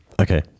Okay